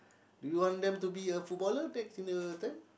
do you want them to be a footballer next in the time